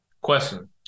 question